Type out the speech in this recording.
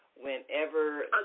whenever